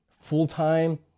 full-time